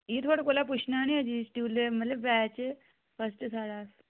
एह् थुआढ़े कोला पुच्छना हा ना एह् चीज कि कुसलै मतलब बैच फस्ट साढ़ा